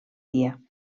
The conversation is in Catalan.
dia